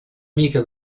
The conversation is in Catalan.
mica